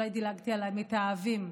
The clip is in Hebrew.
אולי דילגתי על "מתאהבים",